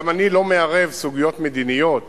גם אני לא מערב סוגיות מדיניות